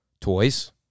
toys